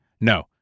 No